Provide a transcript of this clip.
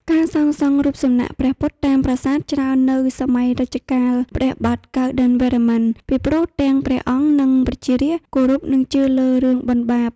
ការសាងសង់រូបសំណាក់ព្រះពុទ្ធតាមប្រាសាទច្រើននៅសម័យរជ្ជកាលព្រះបាទកៅឌិណ្ឌន្យវរ្ម័នពីព្រោះទាំងព្រះអង្គនិងប្រជារាស្ត្រគោរពនិងជឿលើរឿងបុណ្យបាប។